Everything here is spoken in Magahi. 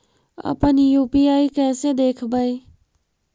अपन यु.पी.आई कैसे देखबै?